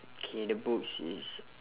K the books is